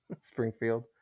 springfield